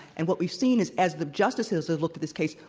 and what we've seen is as the justices have looked at this case,